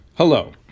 Hello